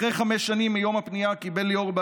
אחרי חמש שנים מיום הפנייה קיבל ליאור,